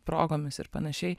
progomis ir panašiai